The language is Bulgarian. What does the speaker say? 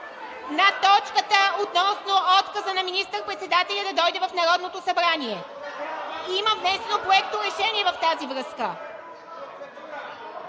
по точката относно отказа на министър-председателя да дойде в Народното събрание. Има внесено Проекторешение в тази връзка.